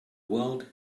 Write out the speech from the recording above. world